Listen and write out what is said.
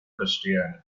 christianity